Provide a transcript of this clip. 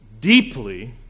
deeply